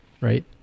right